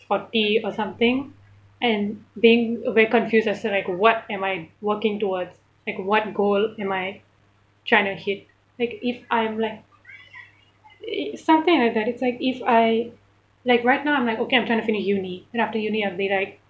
forty or something and being very confused as to like what am I working towards like what goal am my trying to hit like if I'm like if something like that it's like if I like right now I'm like okay I'm trying to finish uni then after uni I'll be like